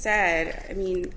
said i mean